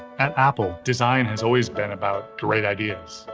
at apple, design has always been about great ideas.